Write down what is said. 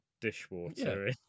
dishwater